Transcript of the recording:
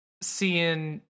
Seeing